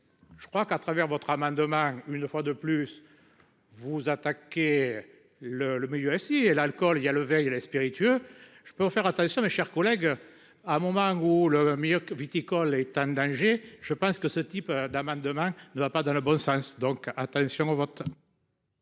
Je crois qu'à travers votre amendement. Une fois de plus. Vous attaquez. Le le milieu assis et l'alcool il y a le vin et les spiritueux. Je peux en faire attention. Mes chers collègues à mon Maingot le milieu viticole est en danger. Je pense que ce type d'Amman demain ne va pas dans le bon sens. Donc attention au vote.